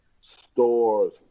stores